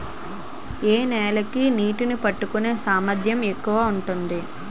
ఏ నేల కి నీటినీ పట్టుకునే సామర్థ్యం ఎక్కువ ఉంటుంది?